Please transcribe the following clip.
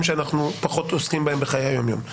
שאנחנו פחות עוסקים בהם בחיי היום-יום.